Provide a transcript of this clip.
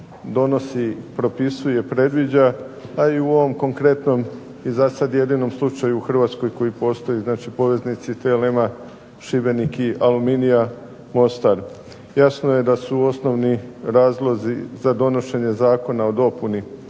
donosi, propisuje, predviđa, a i u ovom konkretnom i za sada jedinom slučaju u Hrvatskoj koja postoji znači poveznici TLM Šibenik i Aluminija Mostar. Jasno je da su osnovni razlozi za donošenje zakona o dopuni